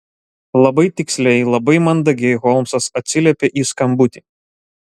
labai tiksliai labai mandagiai holmsas atsiliepė į skambutį